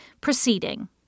proceeding